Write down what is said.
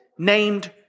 named